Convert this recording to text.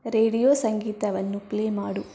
radio ಸಂಗೀತವನ್ನು play ಮಾಡು